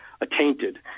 attainted